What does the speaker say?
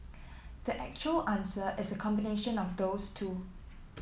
the actual answer is a combination of those two